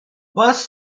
bus